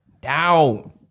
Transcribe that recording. Down